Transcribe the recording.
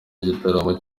igitaramo